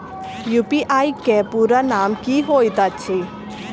UPI केँ पूरा नाम की होइत अछि?